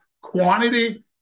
quantity